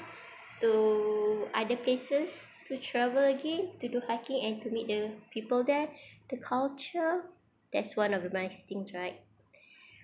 to other places to travel again to do hiking and to meet the people there the culture that's one of the nice thing right